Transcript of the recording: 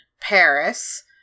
Paris